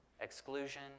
Exclusion